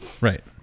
Right